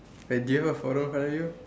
wait do you have a photo in front of you